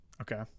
okay